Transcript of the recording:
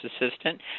assistant